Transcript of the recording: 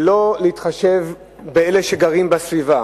ולא להתחשב באלה שגרים בסביבה